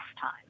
time